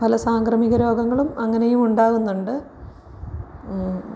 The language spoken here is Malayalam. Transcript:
പല സാംക്രമിക രോഗങ്ങളും അങ്ങനെയും ഉണ്ടാകുന്നുണ്ട്